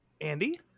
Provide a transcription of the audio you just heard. Andy